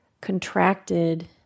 contracted